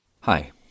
Hi